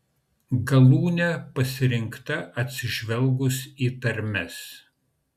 galūnė pasirinkta atsižvelgus į tarmes